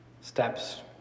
steps